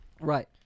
Right